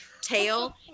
tail